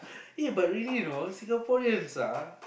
eh but really you know Singaporeans ah